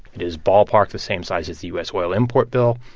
it is ballpark the same size as the u s. oil import bill.